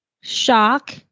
shock